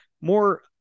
more